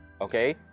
okay